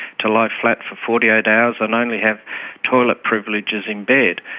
to lie flat for forty eight hours and only have toilet privileges in bed.